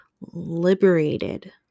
liberated